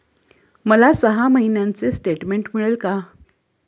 मला सहा महिन्यांचे स्टेटमेंट मिळेल का?